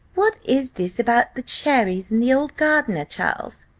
what is this about the cherries and the old gardener, charles?